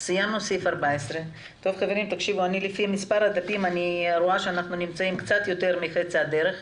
14. לפי מספר הדפים אני רואה שעברנו במקצת את אמצע הדרך.